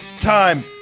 time